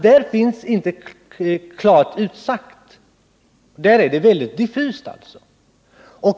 Här är ingenting klart utsagt. Det är allså väldigt diffust.